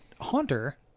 Haunter